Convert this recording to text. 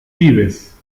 vives